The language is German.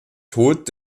tod